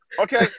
Okay